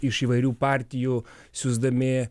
iš įvairių partijų siųsdami